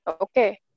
Okay